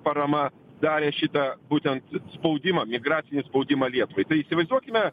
parama davė šitą būtent spaudimą migracinį spaudimą lietuvai tai įsivaizduokime